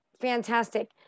fantastic